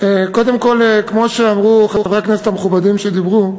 קודם כול כמו שאמרו חברי הכנסת המכובדים שדיברו,